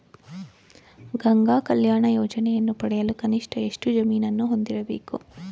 ಗಂಗಾ ಕಲ್ಯಾಣ ಯೋಜನೆಯನ್ನು ಪಡೆಯಲು ಕನಿಷ್ಠ ಎಷ್ಟು ಜಮೀನನ್ನು ಹೊಂದಿರಬೇಕು?